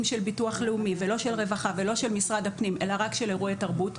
של ביטוח לאומי לא של רווחה ולא של משרד הפנים אלא רק של אירועי תרבות,